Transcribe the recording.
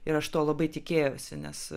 ir aš to labai tikėjausi nes